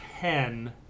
Ten